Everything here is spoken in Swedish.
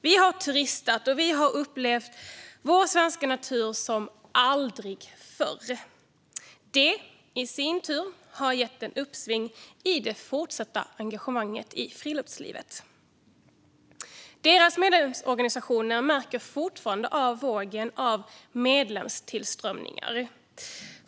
Vi har turistat och upplevt vår svenska natur som aldrig förr. Det i sin tur har gett ett uppsving i det fortsatta engagemanget i friluftslivet. Deras medlemsorganisationer märker fortfarande av medlemstillströmningen.